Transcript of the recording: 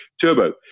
Turbo